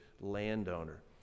landowner